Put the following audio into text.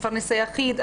מפרנס יחיד,